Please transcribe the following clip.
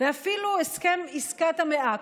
ואפילו הסכם עסקת המאה,